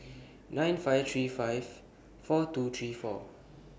nine five three five four two three four